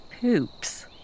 poops